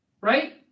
right